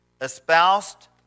espoused